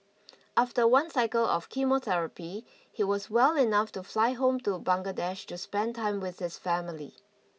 after one cycle of chemotherapy he was well enough to fly home to Bangladesh to spend time with his family